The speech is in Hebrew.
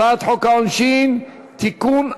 הצעת חוק העונשין (תיקון,